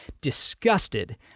Disgusted